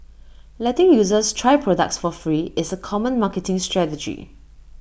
letting users try products for free is A common marketing strategy